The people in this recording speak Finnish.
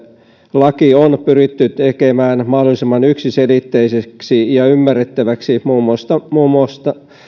laki on pyritty tekemään mahdollisimman yksiselitteiseksi ja ymmärrettäväksi muun muassa muun muassa